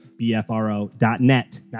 BFRO.net